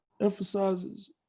Emphasizes